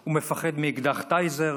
הוא מפחד מאקדח טייזר,